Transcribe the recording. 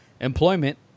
Employment